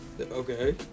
Okay